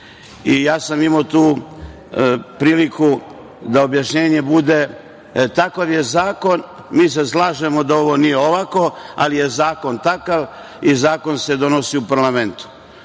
i imao sam tu priliku da objašnjenje bude - takav je zakon, mi se slažemo da ovo nije lako, ali je zakon takav i zakon se donosi u parlamentu.